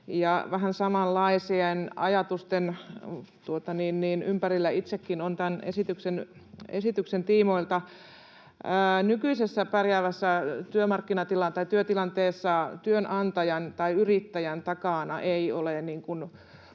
vähän samanlaisten ajatusten ympärillä itsekin olen tämän esityksen tiimoilta. Nykyisessä työtilanteessa pärjäävän työnantajan tai yrittäjän takana ei ole